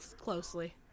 closely